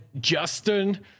Justin